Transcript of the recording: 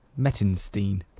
Mettenstein